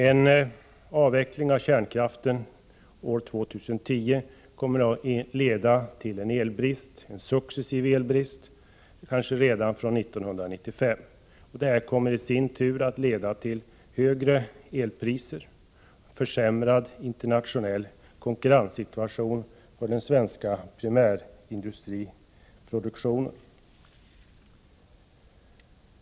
En avveckling av kärnkraften år 2010 kommer att leda till en successivt stegrad elbrist, kanske redan från år 1995. Detta kommer att leda till högre elpriser och till en försämrad internationell konkurrenssituation för den svenska primärindustriproduktionen.